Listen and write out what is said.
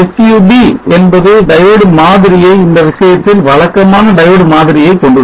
sub என்பது diode மாதிரியை இந்த விஷயத்தில் வழக்கமான diode மாதிரியை கொண்டுள்ளது